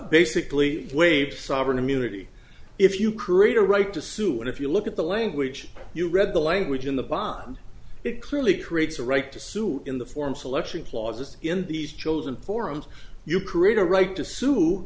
basically waived sovereign immunity if you create a right to sue what if you look at the language you read the language in the body it clearly creates a right to sue in the form selection clauses in these children forums you create a right to sue